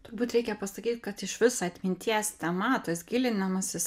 turbūt reikia pasakyt kad išvis atminties tema tas gilinimasis